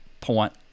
point